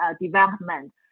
development